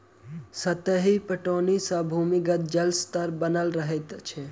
सतही पटौनी सॅ भूमिगत जल स्तर बनल रहैत छै